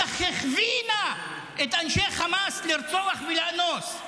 היא הכווינה את אנשי חמאס לרצוח ולאנוס.